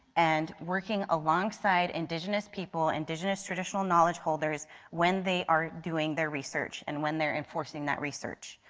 and working alongside indigenous people, indigenous traditional knowledge holders when they are doing their research and when they are enforcing that research.